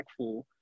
impactful